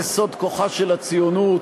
זה סוד כוחה של הציונות,